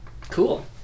Cool